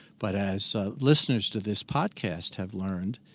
but as listeners to this podcast have learned